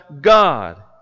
God